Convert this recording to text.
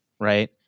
right